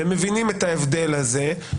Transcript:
והם מבינים את ההבדל הזה.